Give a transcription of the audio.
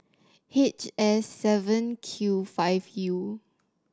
H S seven Q five U